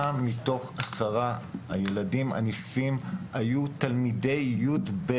מתוך עשרת הילדים הנספים היו תלמידי י"ב.